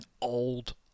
old